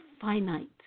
finite